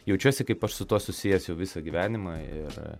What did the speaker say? jaučiuosi kaip aš su tuo susiesiu visą gyvenimą ir